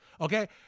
Okay